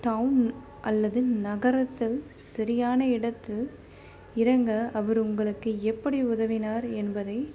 down அல்லது நகரத்தில் சரியான இடத்தில் இறங்க அவர் உங்களுக்கு எப்படி உதவினார் என்பதை